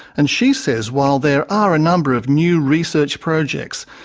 and she says while there are a number of new research projects,